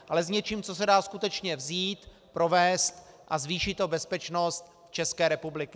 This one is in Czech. Ale s něčím, co se dá skutečně vzít, provést a zvýší to bezpečnost České republiky.